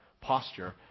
posture